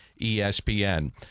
ESPN